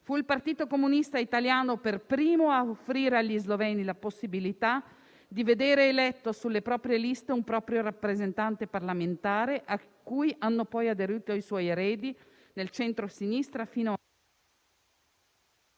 fu il Partito Comunista Italiano per primo a offrire agli sloveni la possibilità di vedere eletto nelle proprie liste un proprio rappresentante parlamentare, a cui hanno poi aderito i suoi eredi nel centrosinistra fino...